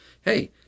hey